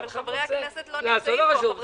חברי הכנסת לא נמצאים פה,